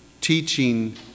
teaching